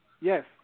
Yes